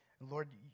Lord